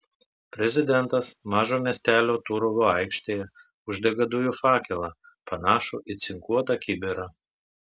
prezidentas mažo miestelio turovo aikštėje uždega dujų fakelą panašų į cinkuotą kibirą